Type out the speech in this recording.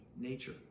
nature